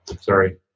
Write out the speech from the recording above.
sorry